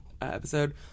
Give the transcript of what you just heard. episode